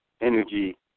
energy